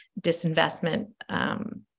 disinvestment